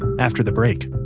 after the break